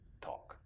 talk